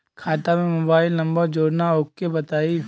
खाता में mobile number जोड़ना ओके बताई?